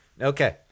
Okay